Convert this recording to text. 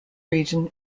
region